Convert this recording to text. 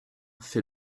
fait